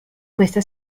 questa